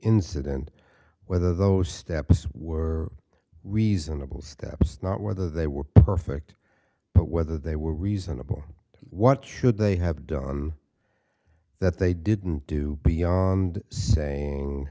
incident whether those steps were reasonable steps not whether they were perfect but whether they were reasonable what should they have done that they didn't do beyond saying